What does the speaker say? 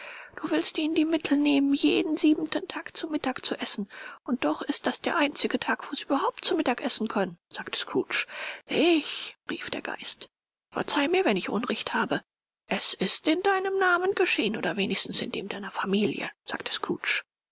du willst ihnen die mittel nehmen jeden siebenten tag zu mittag zu essen und doch ist das der einzige tag wo sie überhaupt zu mittag essen können sagte scrooge ich rief der geist verzeihe mir wenn ich unrecht habe es ist in deinem namen geschehen oder wenigstens in dem deiner familie sagte